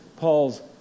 Paul's